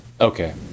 Okay